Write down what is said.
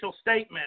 statement